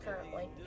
currently